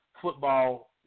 Football